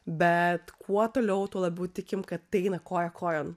bet kuo toliau tuo labiau tikim kad tai eina koja kojon